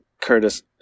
Curtis